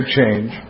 change